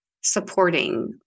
supporting